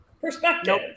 perspective